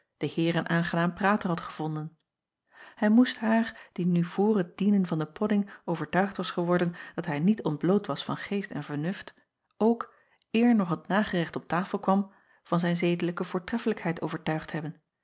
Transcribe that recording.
den heer een aangenaam prater had gevonden ij moest haar die nu vr het dienen van de podding overtuigd was geworden dat hij niet ontbloot was van geest en vernuft ook eer nog het nagerecht op tafel kwam van zijn zedelijke voortreffelijkheid overtuigd hebben